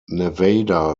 nevada